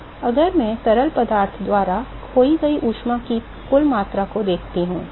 अब अगर मैं तरल पदार्थ द्वारा खोई गई ऊष्मा की कुल मात्रा को देखता हूं